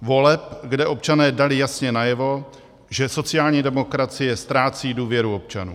Voleb, kde občané dali jasně najevo, že sociální demokracie ztrácí důvěru občanů.